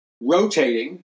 rotating